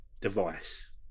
device